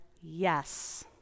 Yes